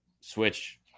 switch